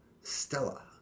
Stella